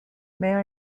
may